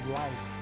life